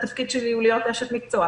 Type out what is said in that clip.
התפקיד שלי הוא להיות אשת מקצוע.